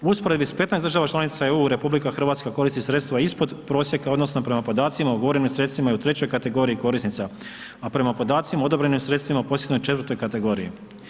U usporedbi s 15 država članica EU, RH koristi sredstva ispod prosjeka odnosno prema podacima o ugovorenim sredstvima i u trećoj kategoriji korisnica, a prema podacima odobreno je sredstvima u posljednjoj četvrtoj kategoriji.